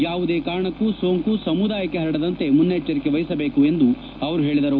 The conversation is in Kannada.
ಯಾವುದೇ ಕಾರಣಕ್ಕೂ ಸೋಂಕು ಸಮುದಾಯಕ್ಕೆ ಪರಡದಂತೆ ಮುನ್ನೆಚ್ಚರಿಕೆ ವಹಿಸಬೇಕು ಎಂದು ಅವರು ಹೇಳಿದರು